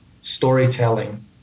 storytelling